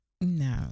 No